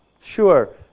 Sure